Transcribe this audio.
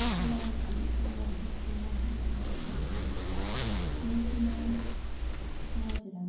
السلام علیکُم ورحمتُہ اللہ وَبرکاتہوٗ مےٚ چھُ ناو ہاجرہ